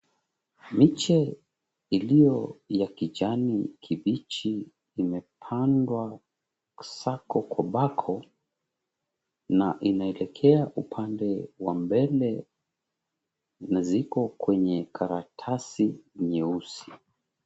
Miche iliyo ya kijani kibichi imepandwa sako kwa bako na inaelekea upande wa mbele na ziko kwenye karatasi nyeusi.